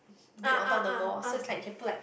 build on top of the wall so you can like put like